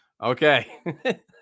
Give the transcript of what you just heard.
Okay